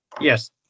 Yes